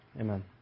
Amen